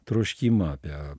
troškimą apie